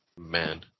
Man